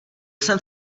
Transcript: jsem